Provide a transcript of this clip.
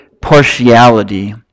partiality